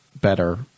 better